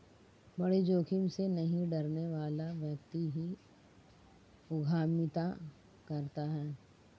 बड़ी जोखिम से नहीं डरने वाला व्यक्ति ही उद्यमिता करता है